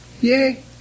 Yay